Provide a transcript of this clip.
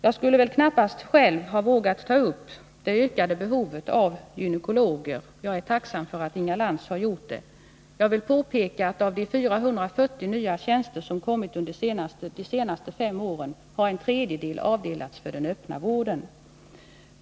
Jag skulle väl knappast själv ha vågat ta upp frågan om det ökade behovet av gynekologer; jag är tacksam för att Inga Lantz har gjort det. Av de 440 nya tjänster som tillkommit under de senaste fem åren har en tredjedel avdelats för den öppna vården.